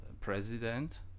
president